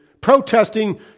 protesting